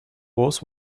was